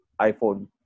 iPhone